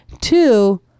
Two